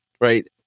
right